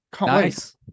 Nice